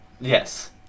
Yes